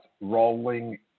rolling